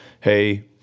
hey